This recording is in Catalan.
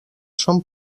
són